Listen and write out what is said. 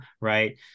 right